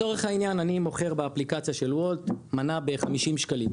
לצורך העניין אני מוכר באפליקציה של וולט מנה ב-50 שקלים,